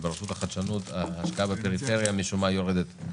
ההשקעה בפריפריה משום מה יורדת.